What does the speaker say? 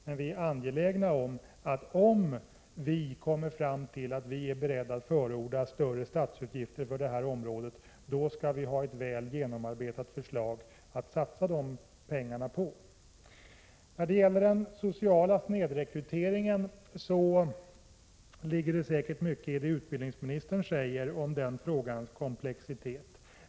Men vi är angelägna om, att vi, om vi kommer fram till att vi är beredda att förorda större statsutgifter på det här området, skall vi ha ett väl genomarbetat förslag att satsa dessa pengar på. När det gäller den sociala snedrekryteringen ligger det säkert mycket i det utbildningsministern säger om den frågans komplexitet.